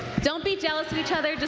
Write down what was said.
don't be jealous of each other.